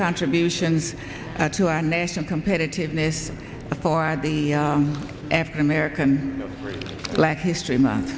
contributions to our nation competitiveness for the african american black history month